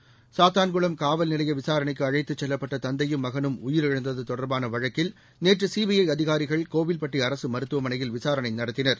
seconds Sathankulam காவல்நிலைய விசாரணைக்கு அழைத்துச் செல்லப்பட்ட தந்தையும் மகனும் உயிரிழந்தது தொடர்பான வழக்கில் நேற்று சிபிஐ அதிகாரிகள் கோவில்பட்டி அரசு மருத்துவமனையில் விசாரணை நடத்தினர்